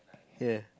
ya